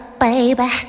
baby